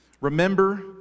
Remember